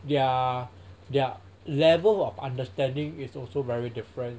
yeah their level of understanding is also very different